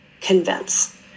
convince